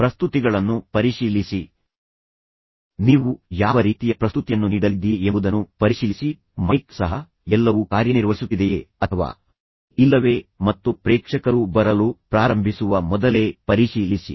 ಪ್ರಸ್ತುತಿಗಳನ್ನು ಪರಿಶೀಲಿಸಿ ನೀವು ಯಾವ ರೀತಿಯ ಪ್ರಸ್ತುತಿಯನ್ನು ನೀಡಲಿದ್ದೀರಿ ಎಂಬುದನ್ನು ಪರಿಶೀಲಿಸಿ ಮೈಕ್ ಸಹ ಎಲ್ಲವೂ ಕಾರ್ಯನಿರ್ವಹಿಸುತ್ತಿದೆಯೇ ಅಥವಾ ಇಲ್ಲವೇ ಮತ್ತು ಪ್ರೇಕ್ಷಕರು ಬರಲು ಪ್ರಾರಂಭಿಸುವ ಮೊದಲೇ ಪರಿಶೀಲಿಸಿ